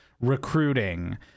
recruiting